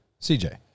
CJ